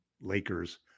Lakers